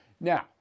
now